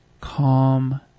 Calm